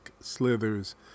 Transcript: slithers